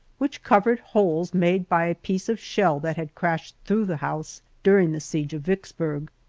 which covered holes made by a piece of shell that had crashed through the house during the siege of vicksburg.